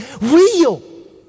real